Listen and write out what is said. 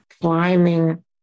climbing